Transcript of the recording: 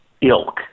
ilk